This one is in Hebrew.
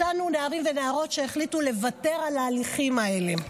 מצאנו נערים ונערות שהחליטו לוותר על ההליכים האלה.